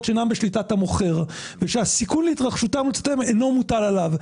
שאינן בשליטת המוכר ושהסיכון להתרחשותן ולתוצאותיהן אינו מוטל עליו.